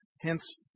Hence